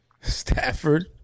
Stafford